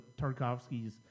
Tarkovsky's